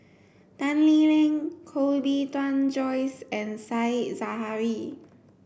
Tan Lee Leng Koh Bee Tuan Joyce and Said Zahari